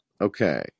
Okay